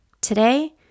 Today